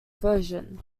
version